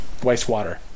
wastewater